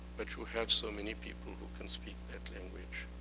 but you have so many people who can speak that language,